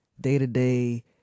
day-to-day